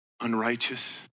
unrighteous